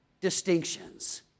distinctions